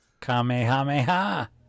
Kamehameha